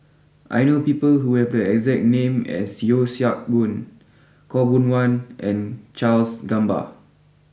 I know people who have the exact name as Yeo Siak Goon Khaw Boon Wan and Charles Gamba